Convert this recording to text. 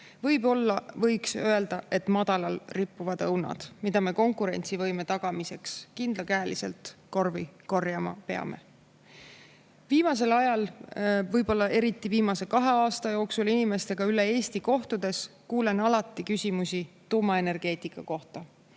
esmatähtsad, võiks öelda, et madalal rippuvad õunad, mida me peame konkurentsivõime tagamiseks kindlakäeliselt korvi korjama. Viimasel ajal, eriti viimase kahe aasta jooksul olen inimestega üle Eesti kohtudes kuulnud alati küsimusi tuumaenergeetika kohta: